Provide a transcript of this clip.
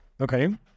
Okay